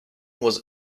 was